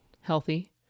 healthy